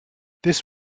this